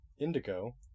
indigo